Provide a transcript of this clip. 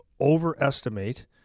overestimate